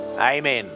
Amen